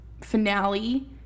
finale